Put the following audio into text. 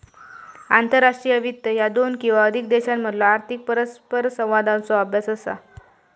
आंतरराष्ट्रीय वित्त ह्या दोन किंवा अधिक देशांमधलो आर्थिक परस्परसंवादाचो अभ्यास असा